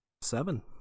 seven